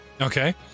Okay